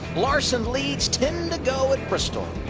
larson leads, ten to go at bristol.